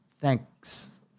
thanks